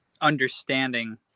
understanding